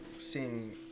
seeing